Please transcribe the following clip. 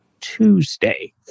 Tuesday